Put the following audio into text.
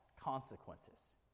consequences